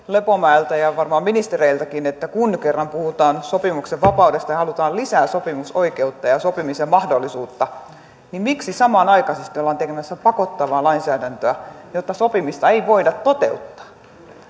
lepomäeltä ja varmaan ministereiltäkin kun kerran puhutaan sopimuksen vapaudesta ja halutaan lisää sopimusoikeutta ja sopimisen mahdollisuutta niin miksi samanaikaisesti ollaan tekemässä pakottavaa lainsäädäntöä jotta sopimista ei voida toteuttaa